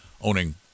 owning